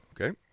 okay